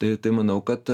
tai tai manau kad